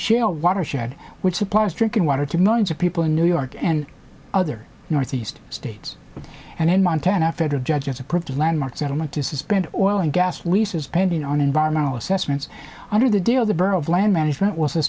shale watershed which supplies drinking water to millions of people in new york and other northeast states and in montana a federal judge has approved a landmark settlement to suspend oil and gas leases pending on environmental assessments under the deal the borough of land management w